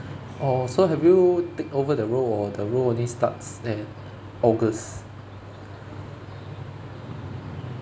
orh so have you taken over the role or the role only starts in august